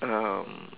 um